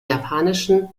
japanischen